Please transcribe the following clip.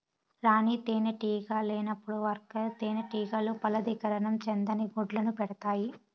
రాణి తేనెటీగ లేనప్పుడు వర్కర్ తేనెటీగలు ఫలదీకరణం చెందని గుడ్లను పెడుతాయి